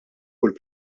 kull